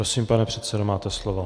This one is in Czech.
Prosím, pane předsedo, máte slovo.